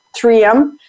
3m